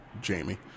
Jamie